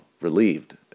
relieved